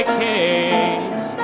case